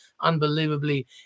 unbelievably